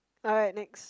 alright next